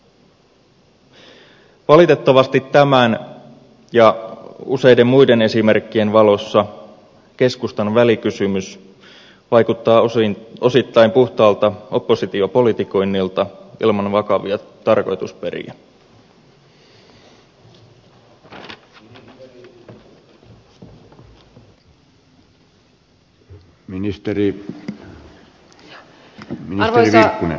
valitettavasti tämän ja useiden muiden esimerkkien valossa keskustan välikysymys vaikuttaa osittain puhtaalta oppositiopolitikoinnilta ilman vakavia tarkoitusperiä